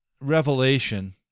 Revelation